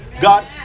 God